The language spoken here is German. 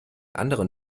anderen